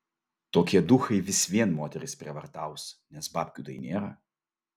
tokie duchai vis vien moteris prievartaus nes babkių tai nėra